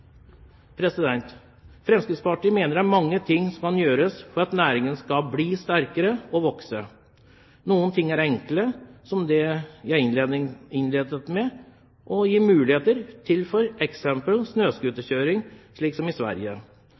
Fremskrittspartiet mener det er mange ting som kan gjøres for at næringene kan bli sterkere og kan vokse. Noen ting er enkle, som det jeg innledet med: å gi muligheter til f.eks. snøscooterkjøring, slik som i Sverige.